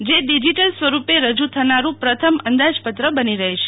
જે ડીજીટલ સ્વરૂપે રજૂ થના્રૂ પ્રથમ અંદાજપત્ર બની રહેશે